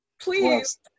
Please